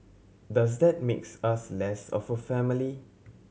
does that makes us less of a family